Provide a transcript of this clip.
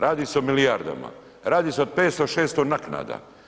Radi se o milijarde, radi se o 500, 600 naknada.